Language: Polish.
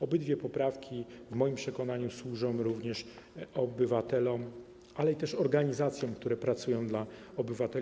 Obydwie poprawki w moim przekonaniu służą również obywatelom, ale też organizacjom, które pracują dla obywateli.